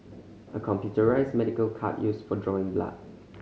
a computerised medical cart used for drawing blood